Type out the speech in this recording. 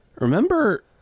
Remember